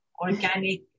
organic